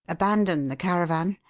abandon the caravan,